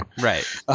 Right